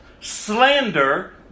Slander